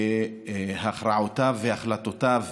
והכרעותיו והחלטותיו,